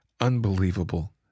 unbelievable